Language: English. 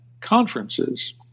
conferences